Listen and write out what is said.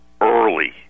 early